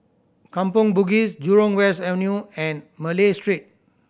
Kampong Bugis Jurong West Avenue and Malay Street